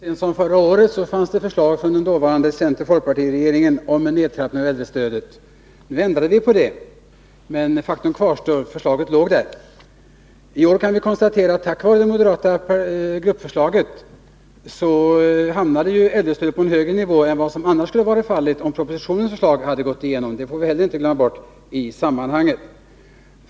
Fru talman! Förra året fanns förslag från den dåvarande center-folkpartiregeringen om en nedtrappning av äldrestödet. Nu ändrade vi på det — men faktum kvarstår att förslaget låg där. I år kan vi konstatera att tack vare det moderata gruppförslaget hamnade äldrestödet på en högre nivå än vad som skulle ha blivit fallet om propositionens förslag hade gått igenom. Det får vi inte heller glömma bort i sammanhanget.